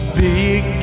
big